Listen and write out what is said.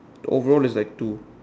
overall is like two